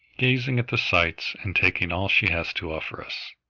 gazing at the sights and taking all she has to offer us.